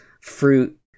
fruit